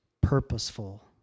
purposeful